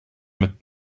met